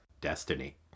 Destiny